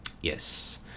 Yes